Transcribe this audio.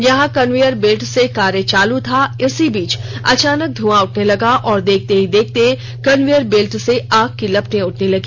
यहां conveyor belt से कार्य चालू था इसी बीच अचानक ध्रंआ उठने लगा और देखते ही देखते कन्वेयर बेल्ट से आग की लपटे उठने लगी